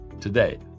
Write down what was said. today